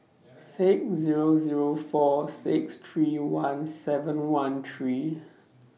six Zero Zero four six three one seven one three